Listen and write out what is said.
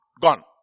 gone